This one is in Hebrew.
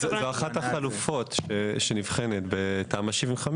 זאת אחת החלופות שנבחנת בתמ"א 75,